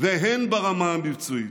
והן ברמה המבצעית.